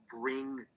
bring